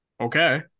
okay